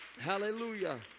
Hallelujah